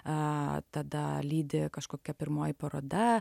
a tada lydi kažkokia pirmoji paroda